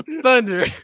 Thunder